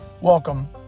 welcome